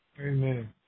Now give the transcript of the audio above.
Amen